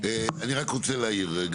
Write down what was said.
אני רק רוצה להעיר,